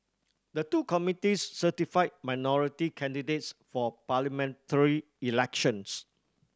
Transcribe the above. the two committees certify minority candidates for parliamentary elections